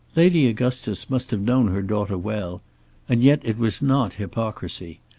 lady augustus must have known her daughter well and yet it was not hypocrisy.